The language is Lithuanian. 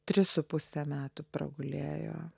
tris su puse metų pragulėjo